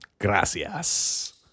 Gracias